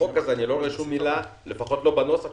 ואני לא רואה בו שום מילה על חקלאות.